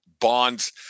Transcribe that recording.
Bonds